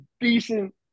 decent